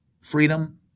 freedom